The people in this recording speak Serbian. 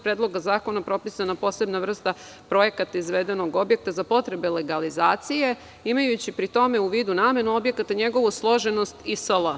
Predloga zakona propisana posebna vrsta projekata izvedenog objekta za potrebe legalizacije, imajući pri tome u vidu namenu objekata, njegovu složenost i sl.